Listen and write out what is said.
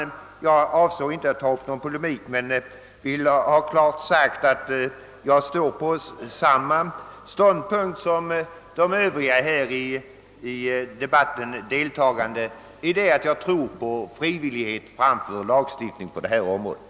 Jag avsåg inte att ta upp någon polemik, men jag vill ha klart utsagt att jag står på samma ståndpunkt som de övriga deltagarna i denna debatt i det att jag tror på frivilliga insatser framför en lagstiftning på detta område.